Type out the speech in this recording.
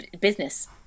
business